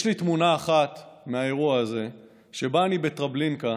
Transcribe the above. יש לי תמונה אחת מהאירוע הזה שבה אני בטרבלינקה,